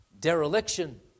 dereliction